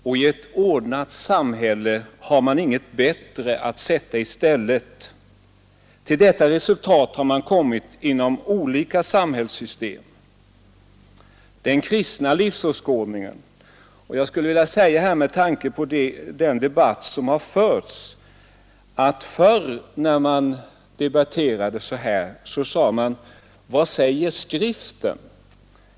I ett ordnat samhälle finns ingen bättre samlevnadsform att sätta i stället ktenskapet. Till detta resultat har man kommit inom olika samhällssystem. Jag skulle vilja säga med tanke på den debatt som har förts att man förr när man debatterade brukade fråga: Vad säger skriften?